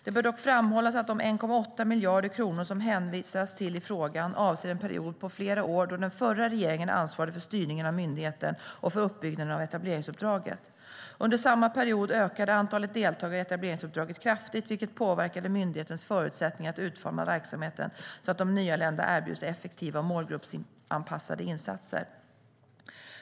Det bör dock framhållas att de 1,8 miljarder kronor som det hänvisas till i frågan avser en period på flera år då den förra regeringen ansvarade för styrningen av myndigheten och för uppbyggnaden av etableringsuppdraget. Under samma period ökade antalet deltagare i etableringsuppdraget kraftigt, vilket påverkade myndighetens förutsättningar att utforma verksamheten så att de nyanlända erbjuds effektiva och målgruppsanpassade insatser.